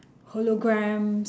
holograms